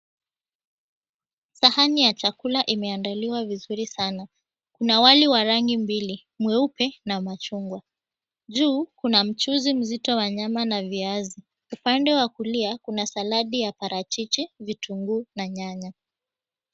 Sahani ya chakula imeandaliwa vizuri sana. Kuna wali wa rangi mbili, mweupe na machungwa. Juu kuna mchuzi mzito wa nyama na viazi. Upande wa kulia kuna saladi ya parachichi, vitunguu, na nyanya.